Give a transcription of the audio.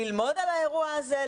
ללמוד על האירוע הזה,